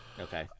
Okay